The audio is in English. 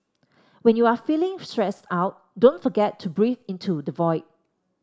when you are feeling stressed out don't forget to breathe into the void